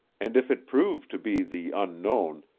and if it proved to be the unknown,